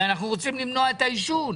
אנחנו הרי רוצים למנוע את העישון,